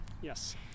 Yes